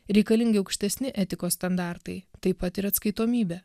reikalingi aukštesni etikos standartai taip pat ir atskaitomybė